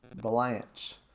Blanche